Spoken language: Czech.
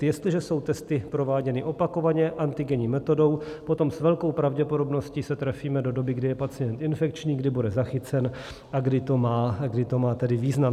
Jestliže jsou testy prováděny opakovaně antigenní metodou, potom s velkou pravděpodobností se trefíme do doby, kdy je pacient infekční, kdy bude zachycen a kdy to má tedy význam.